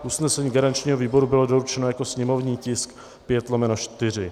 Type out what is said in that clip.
Usnesení garančního výboru bylo doručeno jako sněmovní tisk 5/4.